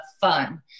fun